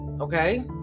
Okay